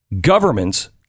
governments